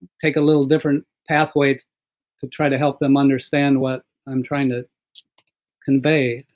take a little different pathway to try to help them understand what i'm trying to convey.